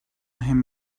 him